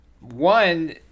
one